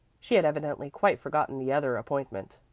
she had evidently quite forgotten the other appointment.